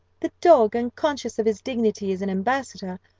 the dog, unconscious of his dignity as an ambassador,